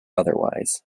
otherwise